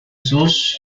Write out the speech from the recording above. sus